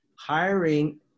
hiring